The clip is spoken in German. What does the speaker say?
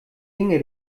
inge